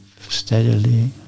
steadily